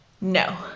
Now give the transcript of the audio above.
no